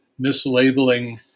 mislabeling